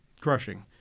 crushing